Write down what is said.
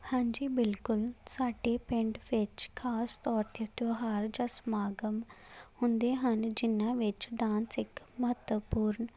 ਹਾਂਜੀ ਬਿਲਕੁਲ ਸਾਡੇ ਪਿੰਡ ਵਿੱਚ ਖ਼ਾਸ ਤੌਰ 'ਤੇ ਤਿਉਹਾਰ ਜਾਂ ਸਮਾਗਮ ਹੁੰਦੇ ਹਨ ਜਿਨ੍ਹਾਂ ਵਿੱਚ ਡਾਂਸ ਇੱਕ ਮਹੱਤਵਪੂਰਨ